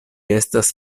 estas